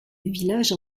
village